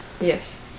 Yes